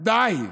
די,